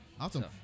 Awesome